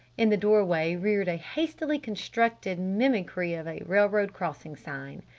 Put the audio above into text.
in the doorway reared a hastily constructed mimicry of a railroad crossing sign.